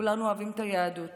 כולנו אוהבים את היהדות